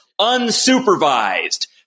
unsupervised